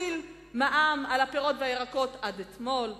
על הכוונה להטיל מע"מ על הפירות והירקות עד אתמול?